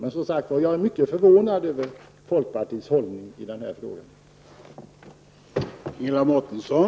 Jag är som sagt mycket förvånad över folkpartiets hållning i den här frågan.